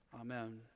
amen